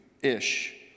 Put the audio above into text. ish